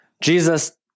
Jesus